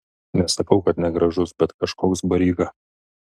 nesakau kad negražus bet kažkoks baryga